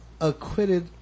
acquitted